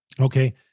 Okay